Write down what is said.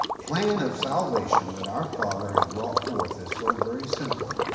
plan of salvation that our father has brought forth is so very simple.